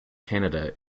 canada